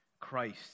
christ